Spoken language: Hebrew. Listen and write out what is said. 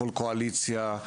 כל קואליציה,